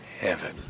heaven